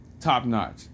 top-notch